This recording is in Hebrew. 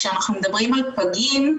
כשאנחנו מדברים על פגים,